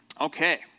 Okay